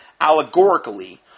allegorically